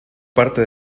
parte